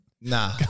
Nah